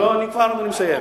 אני כבר מסיים.